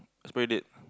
expiry date